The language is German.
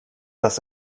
das